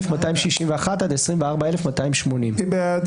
24,261 עד 24,280. מי בעד?